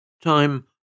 Time